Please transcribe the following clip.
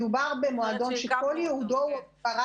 מדובר במועדון שכל ייעודו הוא הוקרת